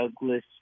Douglas